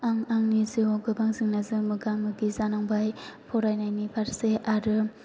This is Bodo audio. आं आंनि जिउआव गोबां जेंनाजों मोगा मोगि जानांबाय फरायनायनि फारसे आरो